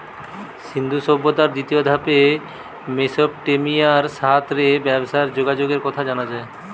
সিন্ধু সভ্যতার দ্বিতীয় ধাপে মেসোপটেমিয়ার সাথ রে ব্যবসার যোগাযোগের কথা জানা যায়